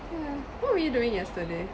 what were you doing yesterday